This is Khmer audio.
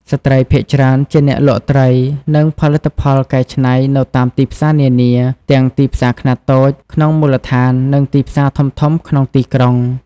ស្ត្រីភាគច្រើនជាអ្នកលក់ត្រី និងផលិតផលកែច្នៃនៅតាមទីផ្សារនានា ទាំងទីផ្សារខ្នាតតូចក្នុងមូលដ្ឋាន និងទីផ្សារធំៗក្នុងទីក្រុង។